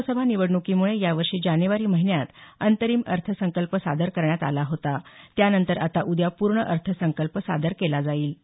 लोकसभा निवडणुकीमुळे यावर्षी जानेवारी महिन्यात अंतरिम अर्थसंकल्प सादर करण्यात आला होता त्यानंतर आता उद्या पूर्ण अर्थसंकल्प सादर केला जाईल